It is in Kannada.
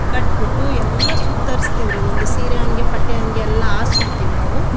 ಕಟ್ಟಿಬಿಟ್ಟು ಎಲ್ಲ ಸುತ್ತರಿಸ್ತೀವಿ ರೀ ಒಂದು ಸೀರೆ ಹಾಗೆ ಪಟ್ಟೆ ಹಾಗೆ ಎಲ್ಲ ಹಾಸ್ ಬಿಡ್ತೀವ್ ನಾವು